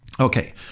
okay